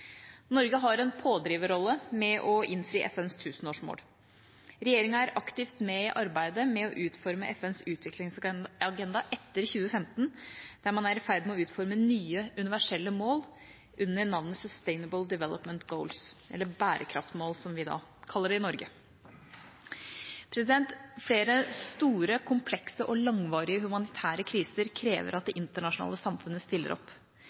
Norge har en pådriverrolle med å innfri FNs tusenårsmål. Regjeringa er aktivt med i arbeidet med å utforme FNs utviklingsagenda etter 2015, der man er i ferd med å utforme nye universelle mål under navnet Sustainable Development Goals – eller bærekraftmål, som vi kaller det i Norge. Flere store, komplekse og langvarige humanitære kriser krever at det internasjonale samfunnet stiller opp.